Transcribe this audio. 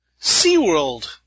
SeaWorld